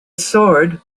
sword